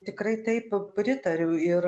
tikrai taip pritariu ir